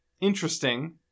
Interesting